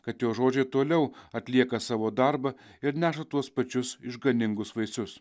kad jo žodžiai toliau atlieka savo darbą ir neša tuos pačius išganingus vaisius